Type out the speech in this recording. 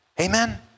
Amen